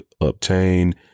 obtain